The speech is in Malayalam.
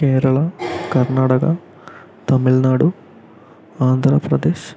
കേരള കർണാടക തമിഴ്നാടു ആന്ധ്രാപ്രദേശ്